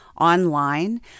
online